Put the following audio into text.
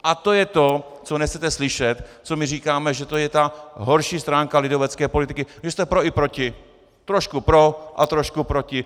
A to je to, co nechcete slyšet, co my říkáme, že to je ta horší stránka lidovecké politiky, že jste pro i proti, trošku pro a trošku proti.